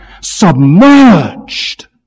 submerged